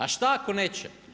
A šta ako neće?